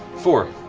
four.